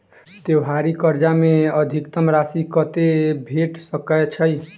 त्योहारी कर्जा मे अधिकतम राशि कत्ते भेट सकय छई?